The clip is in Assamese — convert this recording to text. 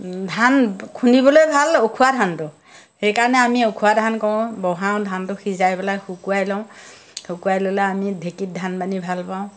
ধান খুন্দিবলৈ ভাল উখোৱা ধানটো সেইকাৰণে আমি উখোৱা ধান কৰোঁ বহাওঁ ধানটো সিজাই পেলাই শুকুৱাই লওঁ শুকুৱাই ল'লে আমি ঢেঁকীত ধান বানি ভাল পাওঁ